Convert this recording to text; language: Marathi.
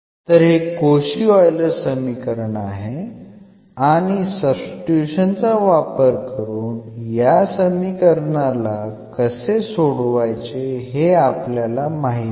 तर हे कोशी ऑइलर समीकरण आहे आणि सब्स्टिट्यूशन चा वापर करून या समीकरणाला कसे सोडवायचा हे आपल्याला माहित आहे